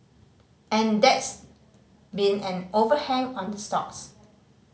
and that's been an overhang on the stocks